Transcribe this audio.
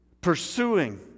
pursuing